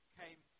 came